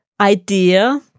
idea